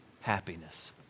happiness